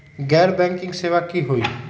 गैर बैंकिंग सेवा की होई?